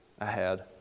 ahead